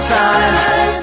time